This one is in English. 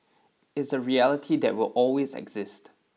it's a reality that will always exist